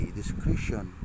discretion